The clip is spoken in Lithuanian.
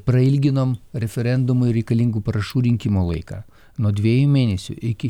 prailginom referendumui reikalingų parašų rinkimo laiką nuo dviejų mėnesių iki